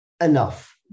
enough